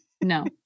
no